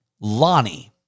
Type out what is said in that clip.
Lonnie